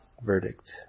verdict